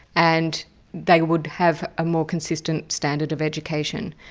and they would have a more consistent standard of education.